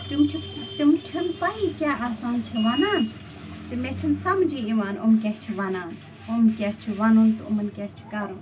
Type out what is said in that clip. تِم چھِ تِم چھِنہٕ پَیی کیٛاہ آسان چھِ وَنان تہٕ مےٚ چھُنہٕ سمجھی یِوان یِم کیٛاہ چھِ وَنان یِم کیٛاہ چھُ وَنُن تہٕ یِمن کیٛاہ چھُ کَرُن